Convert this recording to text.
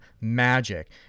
magic